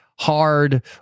hard